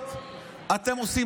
תתפטר.